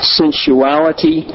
sensuality